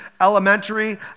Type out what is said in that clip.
elementary